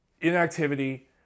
inactivity